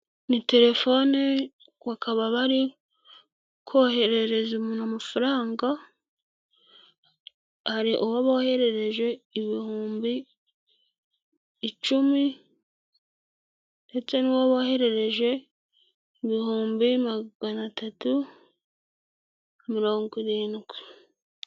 Ni telefone bakaba bari koherereza umuntu amafaranga, hari uwo boherereje ibihumbi icumi, ndetse n'uwo boherereje ibihumbi magana tatu mirongo irindwi.